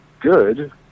good